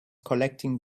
collecting